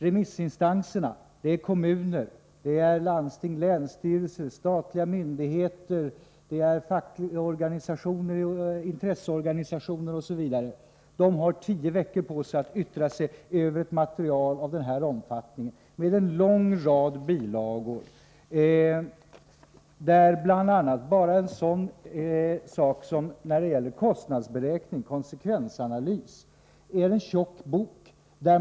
Remissinstanserna — kommuner, landsting, länsstyrelser, statliga myndigheter, fackliga organisationer, intresseorganisationer osv. — har emellertid bara tio veckor på sig att avge ett yttrande om ett så omfattande material som detta. Det finns en mängd bilagor. En tjock bok — för att ta ett exempel — handlar enbart om kostnadsberäkningar, konsekvensanalys.